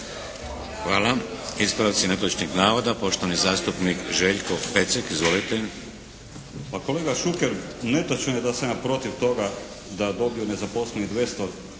Hvala. Ispravci netočnih navoda. Poštovani zastupnik Željko Pecek. Izvolite. **Pecek, Željko (HSS)** Pa kolega Šuker, netočno je da sam ja protiv toga da dobiju nezaposleni 200